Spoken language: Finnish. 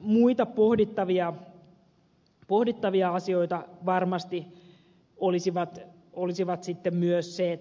muita pohdittavia asioita varmasti olisi sitten myös se